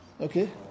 Okay